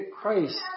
Christ